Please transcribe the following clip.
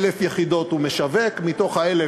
1,000 יחידות הוא משווק, מתוך ה-1,000,